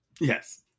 Yes